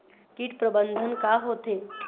कीट प्रबंधन का होथे?